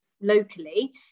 locally